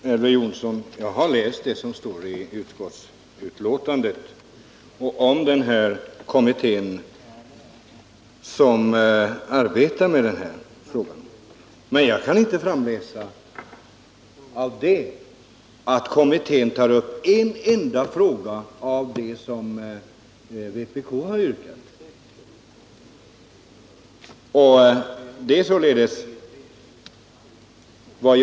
Herr talman! Ja, Elver Jonsson, jag har läst det som står i utskottsbetänkandet om den kommitté som arbetar med denna fråga. Men jag kan inte därav utläsa att kommittén tar upp en enda av de frågor som vpk har aktualiserat.